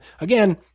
again